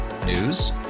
News